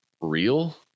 real